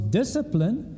discipline